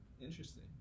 Interesting